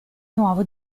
nuovo